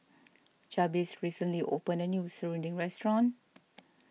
Jabez recently opened a new Serunding restaurant